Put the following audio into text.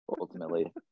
ultimately